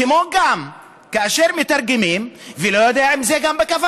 כמו גם כאשר מתרגמים, אני לא יודע אם זה בכוונה,